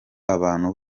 abantu